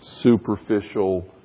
superficial